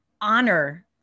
honor